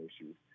issues